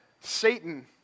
Satan